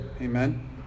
Amen